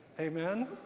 amen